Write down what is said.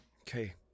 Okay